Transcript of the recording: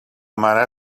mare